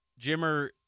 Jimmer